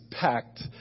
packed